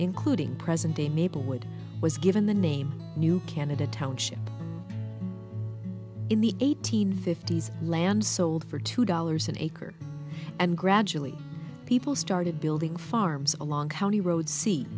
including present day mabel would was given the name new canada township in the eighteen fifties land sold for two dollars an acre and gradually people started building farms along county road